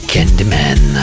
Candyman